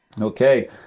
okay